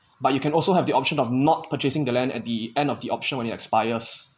but you can also have the option of not purchasing the land at the end of the option when it expires